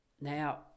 Now